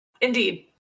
Indeed